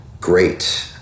great